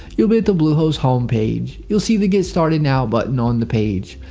you'll be at the bluehost home page. you'll see the get started now button on the page.